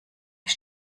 ich